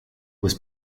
was